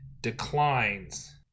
declines